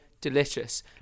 delicious